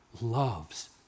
loves